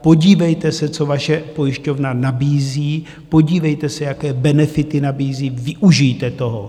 Podívejte se, co vaše pojišťovna nabízí, podívejte se, jaké benefity nabízí, využijte toho.